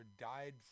died